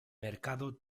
mercado